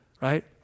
right